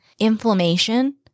inflammation